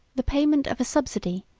the payment of a subsidy,